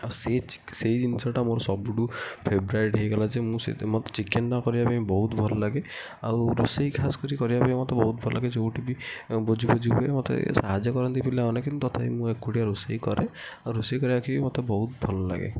ଆଉ ସେ ସେଇ ଜିନିଷଟା ମୋର ସବୁଠାରୁ ଫେବରାଇଟ୍ ହୋଇଗଲା ଯେ ମୁଁ ସେ ମୋତେ ଚିକେନ୍ ନ କରିବା ପାଇଁ ବହୁତ ଭଲ ଲାଗେ ଆଉ ରୋଷେଇ ଖାସ୍ କରି କରିବା ପାଇଁ ମୋତେ ବହୁତ ଭଲ ଲାଗେ ଯେଉଁଠି ବି ଭୋଜି ଫୋଜି ହୁଏ ମୋତେ ସାହାଯ୍ୟ କରନ୍ତି ପିଲାମାନେ କିନ୍ତୁ ତଥାପି ମୁଁ ଏକୁଟିଆ ରୋଷେଇ କରେ ଆଉ ରୋଷେଇ କରିବାକୁ ମୋତେ ବହୁତ ଭଲ ଲାଗେ